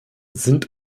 sind